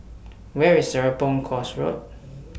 Where IS Serapong Course Road